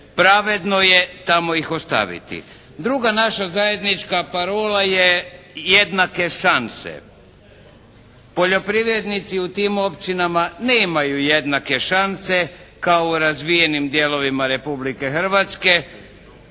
Pravedno je tamo ih ostaviti. Druga naša zajednička parola je jednake šanse. Poljoprivrednici u tim općinama nemaju jednake šanse kao u razvijenim dijelovima Republike Hrvatske